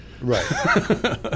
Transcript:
Right